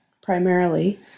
primarily